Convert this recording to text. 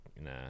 nah